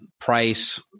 price